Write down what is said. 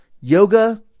yoga